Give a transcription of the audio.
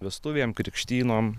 vestuvėm krikštynom